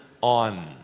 on